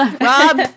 Rob